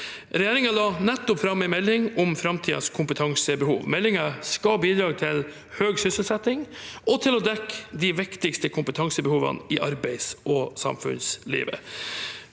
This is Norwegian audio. Regjeringen la nettopp fram en melding om framtidens kompetansebehov. Meldingen skal bidra til høy sysselsetting og til å dekke de viktigste kompetansebehovene i arbeids- og samfunnslivet.